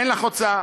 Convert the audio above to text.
אין לך הוצאה,